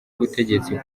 ubutegetsi